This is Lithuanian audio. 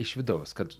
iš vidaus kad